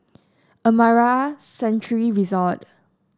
Amara Sanctuary Resort